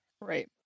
Right